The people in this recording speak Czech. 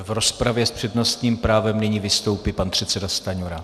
V rozpravě s přednostním právem nyní vystoupí pan předseda Stanjura.